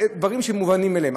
אלה דברים שמובנים מאליהם.